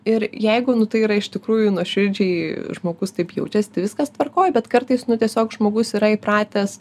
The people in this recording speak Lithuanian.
ir jeigu nu tai yra iš tikrųjų nuoširdžiai žmogus taip jaučiasi tai viskas tvarkoj bet kartais nu tiesiog žmogus yra įpratęs